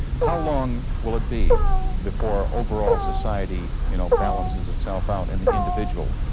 how long will it be before overall society, you know, balances itself out and the individual